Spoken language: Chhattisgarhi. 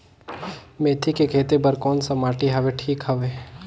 मेथी के खेती बार कोन सा माटी हवे ठीक हवे?